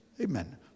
amen